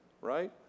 right